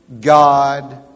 God